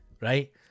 right